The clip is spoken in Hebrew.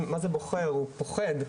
כלומר פוחד,